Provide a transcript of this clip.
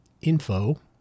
Info